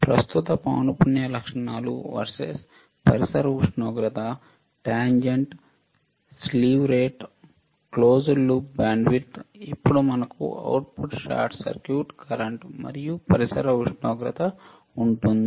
ప్రస్తుత పౌనపున్య లక్షణాలు వర్సెస్ పరిసర ఉష్ణోగ్రత tangent slew rate close loop bandwidth ఇప్పుడు మనకు అవుట్పుట్ షార్ట్ సర్క్యూట్ కరెంట్ మరియు పరిసర ఉష్ణోగ్రత ఉంటుంది